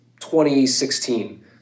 2016